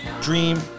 Dream